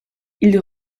ils